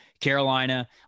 Carolina